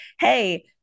hey